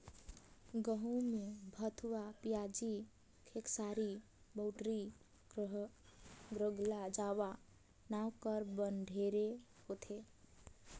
गहूँ में भथुवा, पियाजी, खेकसारी, बउटरी, ज्रगला जावा नांव कर बन ढेरे होथे